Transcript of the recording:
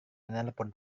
menelepon